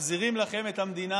מחזירים לכם את המדינה.